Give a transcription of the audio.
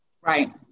Right